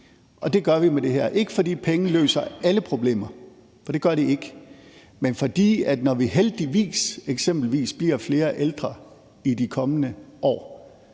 det gør vi med det her. Det er ikke, fordi penge løser alle problemer, for det gør de ikke. Men når vi heldigvis eksempelvis bliver flere ældre i de kommende år,